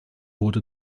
wurde